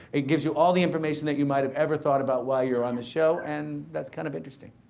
it gives you all the information that you might have ever thought about while you're on the show and that's kind of interesting.